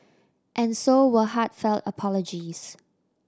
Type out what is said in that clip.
and so were heartfelt apologies